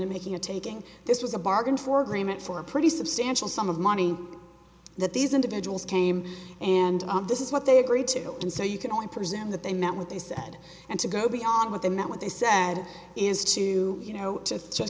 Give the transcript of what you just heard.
and making a taking this was a bargain for agreement for a pretty substantial sum of money that these individuals came and this is what they agreed to and so you can only presume that they met with they said and to go beyond what they meant what they said is to you know to just